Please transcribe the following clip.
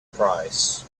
price